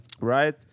right